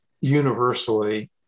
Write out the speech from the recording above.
universally